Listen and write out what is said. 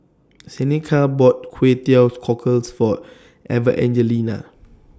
Seneca bought Kway Teow Cockles For Evangelina